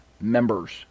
members